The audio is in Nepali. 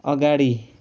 अगाडि